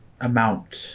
amount